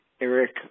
Eric